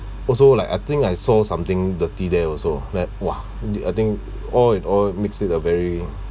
also like I think I saw something dirty there also like !wah! the I think all in all makes it a very